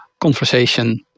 conversation